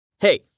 Hey